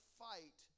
fight